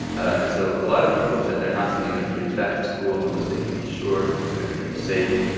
and so a lot of people have said they're not sending their kids back to school unless they can be sure that they're going to be safe.